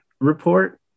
Report